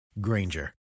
Granger